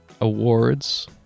awards